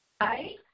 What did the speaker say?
Hi